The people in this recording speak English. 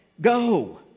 go